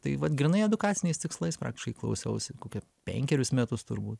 tai vat grynai edukaciniais tikslais praktiškai klausiausi kokia penkerius metus turbūt